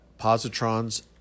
positrons